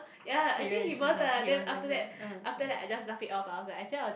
ya I think he was ah then after that after that I just laugh it off ah actually I just